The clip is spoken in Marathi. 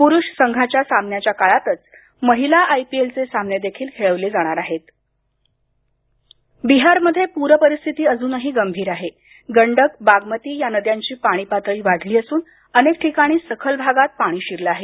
पुरुष संघांच्या सामन्याच्या काळातच महिला आय पी एल चे सामने देखील खेळवले जाणार आहेत बिहार पुर बिहारमध्ये पूरपरिस्थिती अजूनही गंभीर आहे गंडक बागमती या नद्यांची पाणी पातळी वाढली असून अनेक ठिकाणी सखल भागात पाणी शिरलं आहे